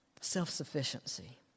Self-sufficiency